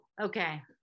Okay